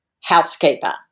housekeeper